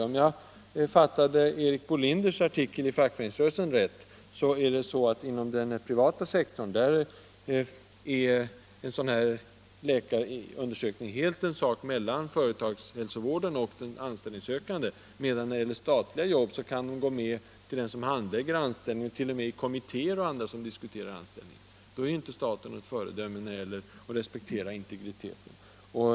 Om jag fattade Erik Bolinders artikel i Fackföreningsrörelsen rätt, är inom den privata sektorn en sådan här läkarundersökning helt en sak mellan företagshälsovården och den anställningssökande, medan handlingarna när det gäller statliga jobb kan gå med till den som handlägger anställningen och t.o.m. till kommittéer och andra som diskuterar den. Då är inte staten något föredöme i fråga om att respektera integriteten.